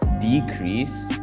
decrease